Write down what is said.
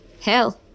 Hell